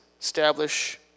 establish